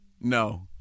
No